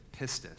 pistis